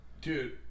Dude